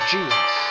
Jesus